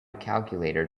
calculator